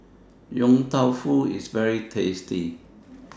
Yong Tau Foo IS very tasty